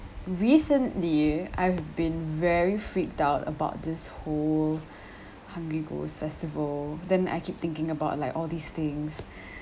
recently I've been very freaked out about this whole hungry ghost festival then I keep thinking about like all these things